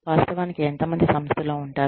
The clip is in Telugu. వాస్తవానికి ఎంత మంది సంస్థలో ఉంటారు